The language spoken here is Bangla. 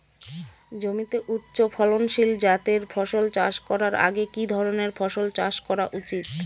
জমিতে উচ্চফলনশীল জাতের ফসল চাষ করার আগে কি ধরণের ফসল চাষ করা উচিৎ?